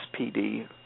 SPD